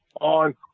on